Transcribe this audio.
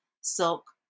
silk